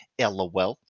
LOL